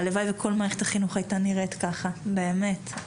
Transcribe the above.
הלוואי וכל מערכת החינוך הייתה נראית ככה, באמת.